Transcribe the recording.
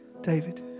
david